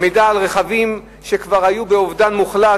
מידע על רכבים שכבר היו באובדן מוחלט,